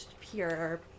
pure